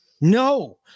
No